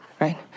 right